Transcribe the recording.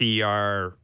pr